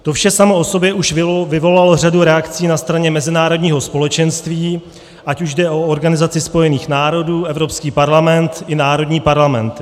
To vše samo o sobě už vyvolalo řadu reakcí na straně mezinárodních společenství, ať už jde o Organizaci spojených národů, Evropský parlament i národní parlamenty.